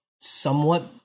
somewhat